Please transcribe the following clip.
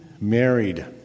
married